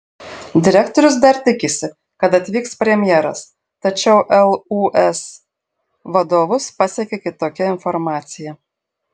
direktorius dar tikisi kad atvyks premjeras tačiau lūs vadovus pasiekė kitokia informacija